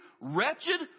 wretched